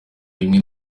rimwe